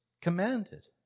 commanded